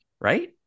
Right